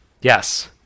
Yes